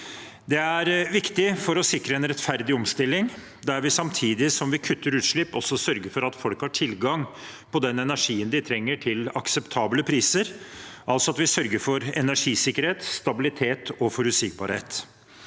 Det er viktig for å sikre en rettferdig omstilling, der vi samtidig som vi kutter utslipp også sørger for at folk har til gang på den energien de trenger til akseptable priser, altså at vi sørger for energisikkerhet, stabilitet og forutsigbarhet.